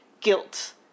guilt